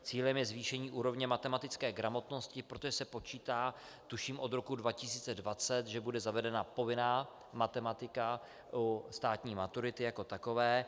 Cílem je zvýšení úrovně matematické gramotnosti, protože se počítá, tuším od roku 2020, že bude zavedena povinná matematika u státní maturity jako takové.